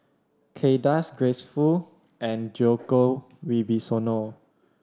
Kay Das Grace Fu and Djoko Wibisono